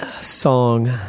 song